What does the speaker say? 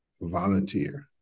volunteer